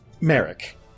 Merrick